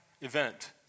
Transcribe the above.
event